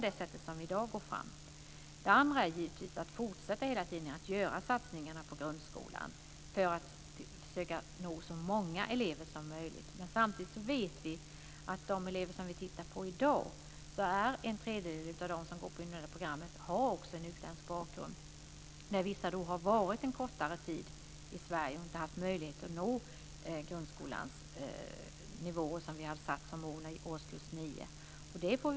Dessutom måste vi givetvis fortsätta att göra satsningar på grundskolan för att försöka nå så många elever som möjligt. Men samtidigt vet vi också att en tredjedel av dem som går på det individuella programmet i dag har en utländsk bakgrund. Vissa av dem har varit i Sverige en kortare tid och inte haft möjlighet att nå de nivåer som vi har satt som mål för grundskolans årskurs 9.